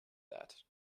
that